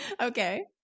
Okay